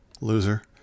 Loser